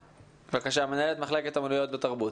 יריב, מנהלת מחלקת אומנויות ותרבות.